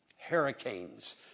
Hurricanes